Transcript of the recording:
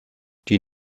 die